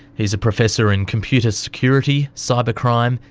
he's a professor in computer security, cybercrime,